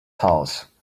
house